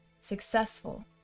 successful